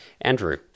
Andrew